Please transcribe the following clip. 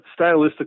stylistically